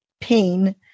pain